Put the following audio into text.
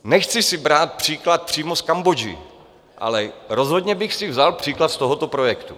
Nechci si brát příklad přímo z Kambodži, ale rozhodně bych si vzal příklad z tohoto projektu.